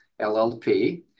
LLP